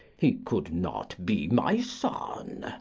he could not be my son.